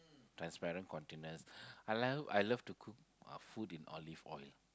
transparent containers I like I love to cook uh food in olive oil